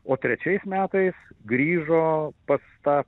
o trečiais metais grįžo pas tą